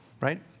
right